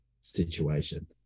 situation